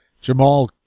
Jamal